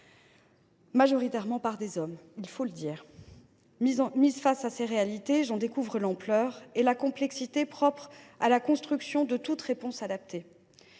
majoritairement par des hommes, il faut bien le dire. Mise face à ces réalités, je découvre leur ampleur et la complexité propre à la construction de toute réponse adaptée.